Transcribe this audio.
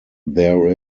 there